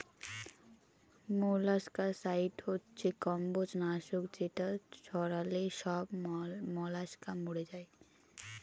molluscicide হচ্ছে কম্বজ নাশক যেটা ছড়ালে সব মলাস্কা মরে যায়